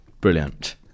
Brilliant